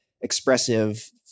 expressive